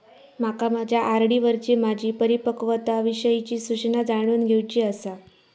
माका माझ्या आर.डी वरची माझी परिपक्वता विषयची सूचना जाणून घेवुची आसा